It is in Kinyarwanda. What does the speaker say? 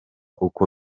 uko